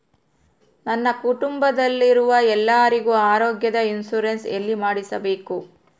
ನನ್ನ ಕುಟುಂಬದಲ್ಲಿರುವ ಎಲ್ಲರಿಗೂ ಆರೋಗ್ಯದ ಇನ್ಶೂರೆನ್ಸ್ ಎಲ್ಲಿ ಮಾಡಿಸಬೇಕು?